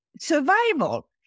survival